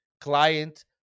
client